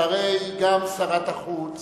שהרי גם שרת החוץ